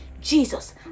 Jesus